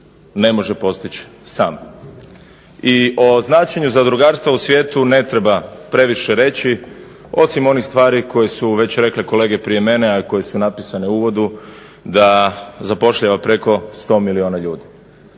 ne može postići sam. I o značenju zadrugarstva u svijetu ne treba previše reći, osim onih stvari koje su već rekli kolege prije mene, a koje su napisane u uvodu, da zapošljava preko 100 milijuna ljudi.